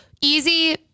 easy